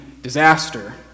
disaster